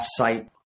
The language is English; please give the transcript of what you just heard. offsite